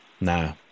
nah